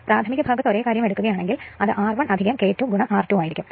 പ്രാഥമിക ഭാഗത്ത് ഇതേ കാര്യം എടുക്കുകയാണെങ്കിൽ അത് R1 K 2 R2 ആയിരിക്കും